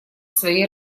своей